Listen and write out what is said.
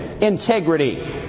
integrity